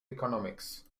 economics